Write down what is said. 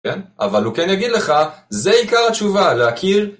כן? אבל הוא כן יגיד לך, זה עיקר התשובה - להכיר...